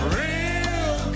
real